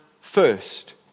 first